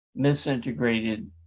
misintegrated